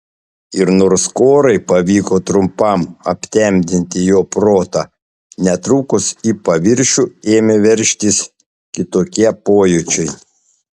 ir nors korai pavyko trumpam aptemdyti jo protą netrukus į paviršių ėmė veržtis kitokie pojūčiai